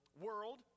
World